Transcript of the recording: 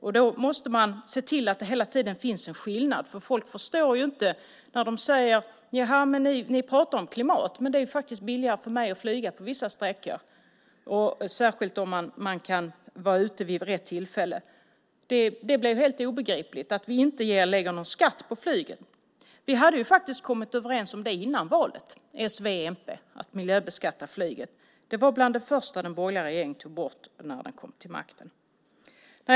Man måste hela tiden se till att det finns en skillnad. Folk förstår inte och säger: Ni pratar om klimat, men det är faktiskt billigare för mig att flyga på vissa sträckor. Särskilt billigt är det om man är ute vid rätt tillfälle. Det är helt obegripligt att vi inte lägger en skatt på flyget. Vi hade kommit överens inom s, v och mp före valet om att miljöbeskatta flyget. Det var bland det första den borgerliga regeringen tog bort när den kom till makten.